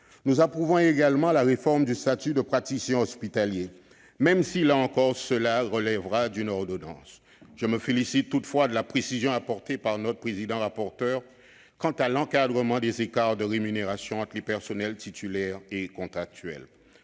Nous approuvons également la réforme du statut de praticien hospitalier, même si celle-ci relève, là encore, d'une ordonnance. Je me félicite toutefois de la précision apportée par notre président-rapporteur quant à l'encadrement des écarts de rémunération entre les personnels titulaires et les